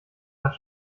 nach